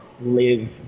live